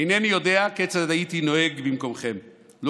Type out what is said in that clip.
אינני יודע כיצד הייתי נוהג במקומכם לו